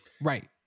Right